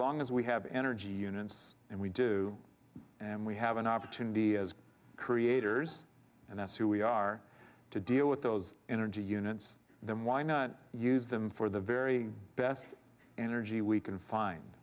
long as we have energy units and we do and we have an opportunity as creators and that's who we are to deal with those energy units then why not use them for the very best energy we can find